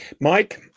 Mike